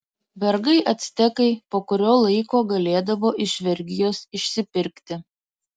vergai actekai po kurio laiko galėdavo iš vergijos išsipirkti